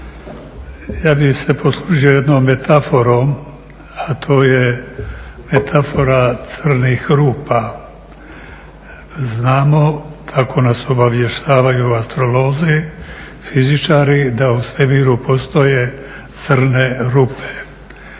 Ja bih se poslužio jednom metaforom, a to je metafora crnih rupa. Znamo kako nas obavještavaju astrolozi, fizičari, da u svemiru postoje crne rupe